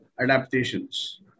adaptations